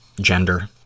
gender